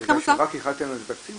אתם רק הכנתם את התקציב,